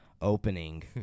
opening